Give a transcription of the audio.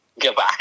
Goodbye